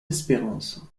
espérance